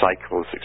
cycles